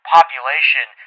Population